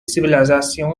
civilisations